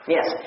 Yes